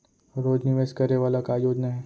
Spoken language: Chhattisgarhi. रोज निवेश करे वाला का योजना हे?